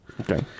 Okay